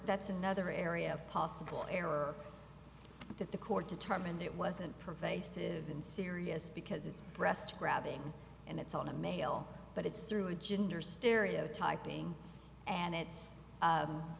that's another area of possible error that the court determined it wasn't pervasive in serious because it's breast grabbing and it's on a male but it's through a gender stereotyping and it's